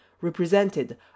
represented